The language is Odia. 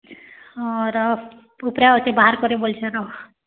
ହଁ ରହ ପୁତୁରା ଅଛେ ବାହାର୍ କରିବ ବୋଲୁଛେଁ ରହ